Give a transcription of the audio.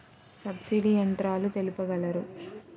Subsidy యంత్రాలు తెలుపగలరు?